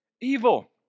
Evil